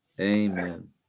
Amen